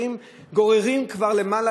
גוררים כבר למעלה,